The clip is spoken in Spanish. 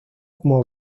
como